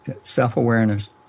Self-awareness